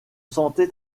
santé